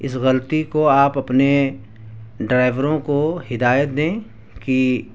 اس غلطی کو آپ اپنے ڈرائیوروں کو ہدایت دیں کہ